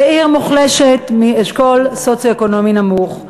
לעיר מוחלשת, מאשכול סוציו-אקונומי נמוך.